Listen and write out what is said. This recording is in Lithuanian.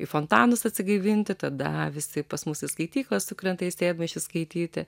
į fontanus atsigaivinti tada visi pas mus į skaityklą sukrenta į sėdmaišius skaityti